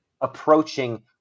approaching